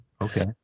Okay